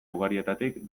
ugarietatik